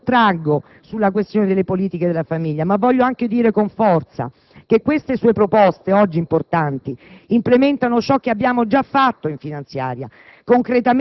Nonmi sottraggo sulla questione delle politiche della famiglia, ma voglio anche dire con forza che queste sue proposte, oggi importanti, implementano ciò che abbiamo già fatto in finanziaria